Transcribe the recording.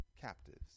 captives